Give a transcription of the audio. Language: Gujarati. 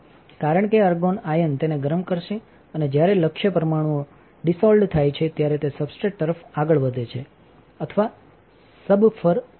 કારણ કે આર્ગન આયન તેને ગરમ કરશે અને જ્યારે લક્ષ્ય પરમાણુઓ ડિસઓલ્ડ થાય છે ત્યારે તે સબસ્ટ્રેટ તરફ આગળ વધે છેઅથવા સબફર સબફર કરે છે